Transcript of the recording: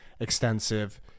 Extensive